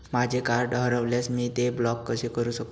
माझे कार्ड हरवल्यास मी ते कसे ब्लॉक करु शकतो?